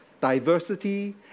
diversity